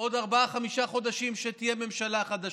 עוד ארבעה, חמישה חודשים שתהיה ממשלה חדשה.